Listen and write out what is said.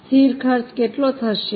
સ્થિર ખર્ચ કેટલો થશે